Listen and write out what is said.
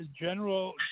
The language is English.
general